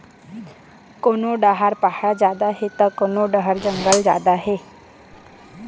कोनो डहर पहाड़ जादा हे त कोनो डहर जंगल जादा हे